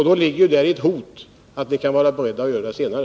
Där ligger ett hot om att ni kan vara beredda att göra det senare.